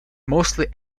mostly